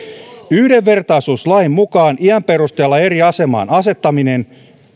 yhdenvertaisuuslain mukaan iän perusteella eri asemaan asettaminen